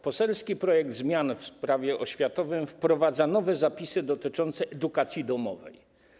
Poselski projekt zmian w Prawie oświatowym wprowadza nowe zapisy dotyczące edukacji domowej.